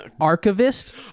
archivist